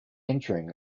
entering